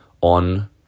on